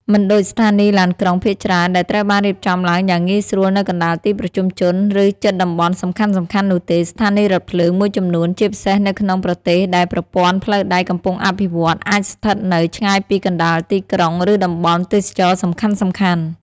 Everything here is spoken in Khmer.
មិនដូចស្ថានីយ៍ឡានក្រុងភាគច្រើនដែលត្រូវបានរៀបចំឡើងយ៉ាងងាយស្រួលនៅកណ្តាលទីប្រជុំជន ឬជិតតំបន់សំខាន់ៗនោះទេ ស្ថានីយ៍រថភ្លើងមួយចំនួន ជាពិសេសនៅក្នុងប្រទេសដែលប្រព័ន្ធផ្លូវដែកកំពុងអភិវឌ្ឍ អាចស្ថិតនៅ ឆ្ងាយពីកណ្តាលទីក្រុង ឬតំបន់ទេសចរណ៍សំខាន់ៗ។